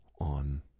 on